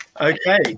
okay